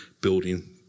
building